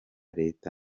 leta